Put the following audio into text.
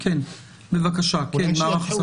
בבקשה, מערך הסייבר.